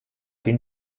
den